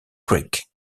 creek